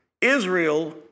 Israel